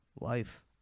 Life